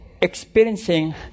experiencing